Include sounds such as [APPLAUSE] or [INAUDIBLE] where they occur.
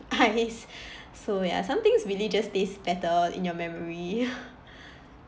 ice [BREATH] so ya some things really just tastes better in your memory [BREATH]